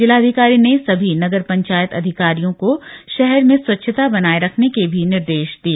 जिलाधिकारी ने सभी नगर पंचायत अधिकारियों को शहर में स्वच्छता बनाए रखने के भी निर्देश दिए